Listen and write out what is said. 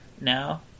now